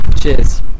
Cheers